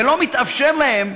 ולא מתאפשר להם,